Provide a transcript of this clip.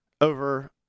over